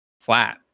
flat